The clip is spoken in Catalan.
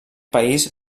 país